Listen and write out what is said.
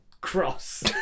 cross